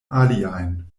aliajn